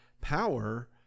power